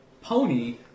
pony